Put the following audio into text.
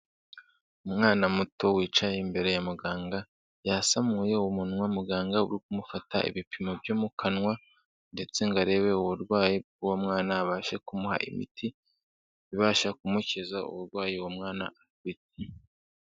Umwana muto wicaye imbere ya muganga yasamuye umunwa, muganga uri kumufata ibipimo byo mu kanwa ndetse ngo arebe uburwayi bw'uwo mwana abashe kumuha imiti, ibasha kumukiza uburwayi uwo mwana afite.